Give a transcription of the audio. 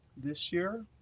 this year.